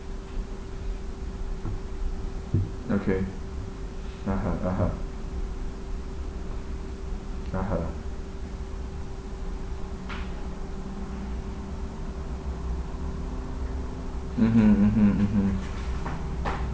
okay (uh huh) (uh huh) (uh huh) mmhmm mmhmm mmhmm